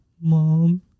mom